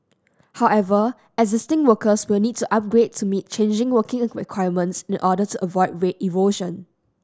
however existing workers will need to upgrade to meet changing working requirements in order to avoid rate erosion